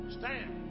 Stand